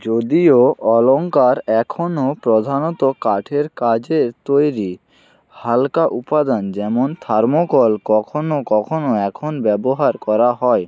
যদিও অলংকার এখনও প্রধানত কাঠের কাজের তৈরি হালকা উপাদান যেমন থার্মোকল কখনও কখনও এখন ব্যবহার করা হয়